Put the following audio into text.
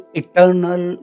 eternal